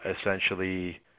essentially